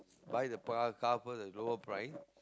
buy the par car first at lower price